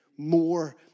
more